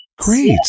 Great